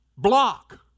block